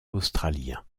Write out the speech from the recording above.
australien